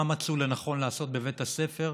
מה מצאו לנכון לעשות בבית הספר?